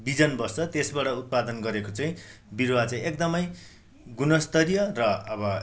बिजन बस्छ त्यसबाट उत्पादन गरेको चाहिँ बिरुवा चाहिँ एकदमै गुणस्तरीय र अब